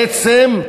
בעצם